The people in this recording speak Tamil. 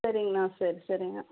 சரிங்கண்ணா சரி சரிங்கண்ணா